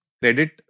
credit